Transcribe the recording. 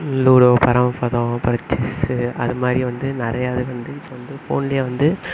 ludo பரமப்பதம் அப்பறம் chess அது மாதிரி வந்து நிறையா இது வந்து இப்போ வந்து ஃபோன்லேயே வந்து